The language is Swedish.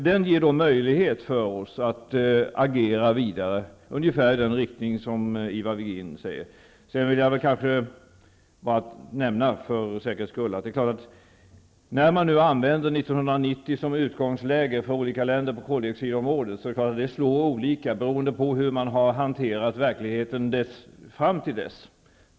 Den ger möjlighet för oss att agera vidare i ungefär den riktning som Ivar När man nu på koldioxidområdet använder situationen år 1990 i olika länder som utgångläge, kan det slå olika beroende på hur man har hanterat verkligheten dessförinnan.